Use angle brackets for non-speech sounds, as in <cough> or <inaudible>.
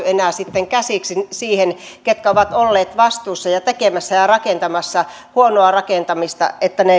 <unintelligible> enää sitten käsiksi siihen ketkä ovat olleet vastuussa ja rakentamassa ja tekemässä huonoa rakentamista niin että ne <unintelligible>